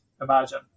imagine